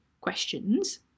questions